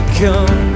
come